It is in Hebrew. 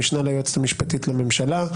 המשנה ליועצת המשפטית לממשלה,